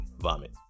vomit